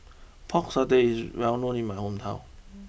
Pork Satay is well known in my hometown